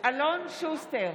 אלון שוסטר,